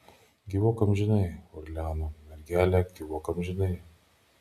gyvuok amžinai orleano mergele gyvuok amžinai